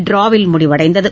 டிராவில் முடிவடைந்தது